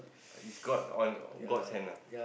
it's god all god's hand lah